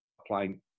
applying